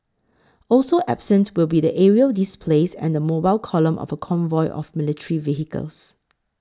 also absent will be the aerial displays and the mobile column of a convoy of military vehicles